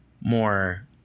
more